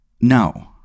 No